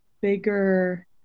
bigger